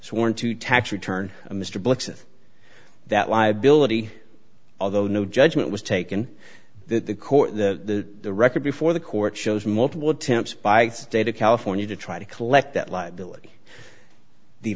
sworn to tax return of mr blix that liability although no judgment was taken that the court the record before the court shows multiple attempts by the state of california to try to collect that liability the